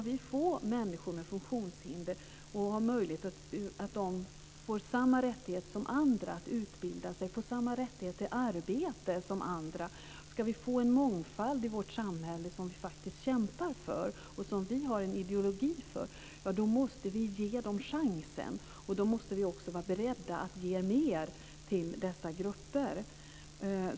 Om människor med funktionshinder ska få samma rättigheter som andra att utbilda sig och till arbete och om vi ska få en mångfald i vårt samhället, vilket vi faktiskt kämpar för och som vi har en ideologi för, då måste vi ge dem chansen, och då måste vi också vara beredda att ge mer till dessa grupper.